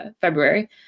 February